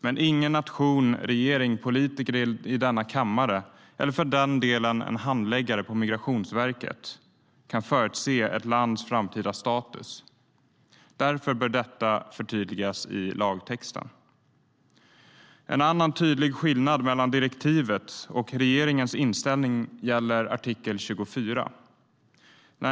Men ingen nation, regering, politiker i denna kammare eller för den delen handläggare på Migrationsverket kan förutse ett lands framtida status. Därför bör detta förtydligas i lagtexten. En annan tydlig skillnad mellan direktivet och regeringens inställning gäller artikel 24.